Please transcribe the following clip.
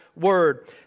word